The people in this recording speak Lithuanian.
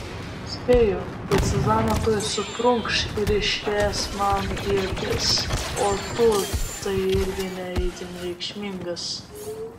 spėju kad zuzana tuoj suprunkš ir išrėš man į akis o tu tai irgi ne itin reikšmingas